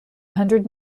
hundred